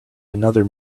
another